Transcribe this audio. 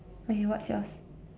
okay what's yours